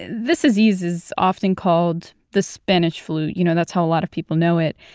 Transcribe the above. this disease is often called the spanish flu. you know, that's how a lot of people know it.